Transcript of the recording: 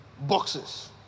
boxes